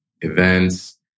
events